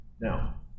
Now